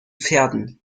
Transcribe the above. pferden